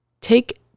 take